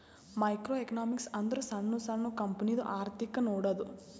micro economics ಅಂದುರ್ ಸಣ್ಣು ಸಣ್ಣು ಕಂಪನಿದು ಅರ್ಥಿಕ್ ನೋಡದ್ದು